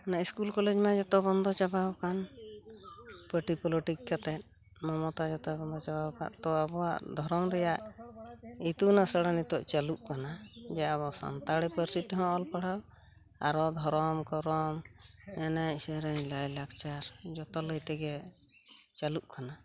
ᱚᱱᱟ school college ᱢᱟ ᱡᱚᱛᱚ ᱵᱚᱱᱫᱚ ᱪᱟᱵᱟᱣᱠᱟᱱ ᱯᱟᱴᱤᱯᱚᱞᱚᱴᱤᱠ ᱠᱟᱛᱮᱫ ᱢᱚᱢᱚᱛᱟ ᱡᱚᱛᱚᱭ ᱵᱚᱱᱫᱚ ᱪᱟᱵᱟᱣᱠᱟᱫ ᱛᱚ ᱟᱵᱚᱣᱟᱜ ᱫᱷᱚᱨᱚᱢ ᱨᱮᱭᱟᱜ ᱤᱛᱩᱱ ᱟᱥᱲᱟ ᱱᱤᱛᱚᱜ ᱪᱟᱹᱞᱩᱜ ᱠᱟᱱᱟ ᱡᱮ ᱟᱵᱚ ᱥᱟᱱᱛᱟᱲᱤ ᱯᱟᱹᱨᱥᱤ ᱛᱮᱦᱚᱸ ᱚᱞᱯᱟᱲᱦᱟᱣ ᱟᱨᱚ ᱫᱷᱚᱨᱚᱢ ᱠᱚᱨᱚᱢ ᱮᱱᱮᱡ ᱥᱮᱨᱮᱨᱧ ᱞᱟᱹᱭᱞᱟᱠᱪᱟᱨ ᱡᱚᱛᱚ ᱞᱟᱹᱭᱛᱮᱜᱮ ᱪᱟᱞᱩᱜ ᱠᱟᱱᱟ